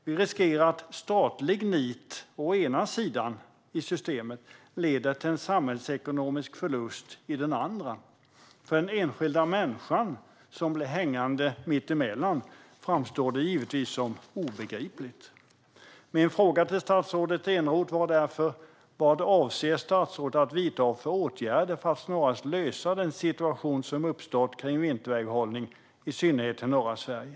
Vi riskerar att statligt nit på den ena sidan i systemet leder till en samhällsekonomisk förlust på den andra. För den enskilda människan, som blir hängande mitt emellan, framstår detta givetvis som obegripligt. Min fråga till statsrådet Eneroth var därför: Vad avser statsrådet att vidta för åtgärder för att snarast lösa den situation som har uppstått kring vinterväghållningen i synnerhet i norra Sverige?